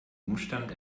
umstand